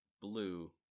blue